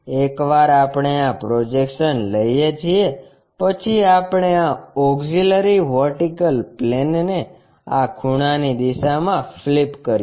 એકવાર આપણે આ પ્રોજેક્શન લઇએ છીએ પછી આપણે આ ઓક્ષીલરી વર્ટિકલ પ્લેન ને આ ખૂણાની દિશામાં ફ્લિપ કરીએ